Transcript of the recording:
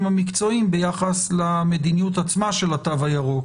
המקצועיים ביחס למדיניות עצמה של התו הירוק.